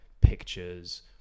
pictures